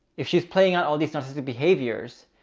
if she's playing on all these narcissistic behaviors,